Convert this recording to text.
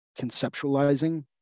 conceptualizing